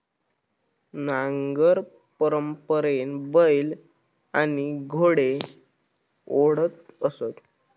नांगर परंपरेने बैल आणि घोडे ओढत असत